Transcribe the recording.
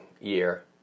year